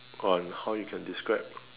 on how you can describe